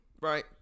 Right